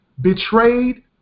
betrayed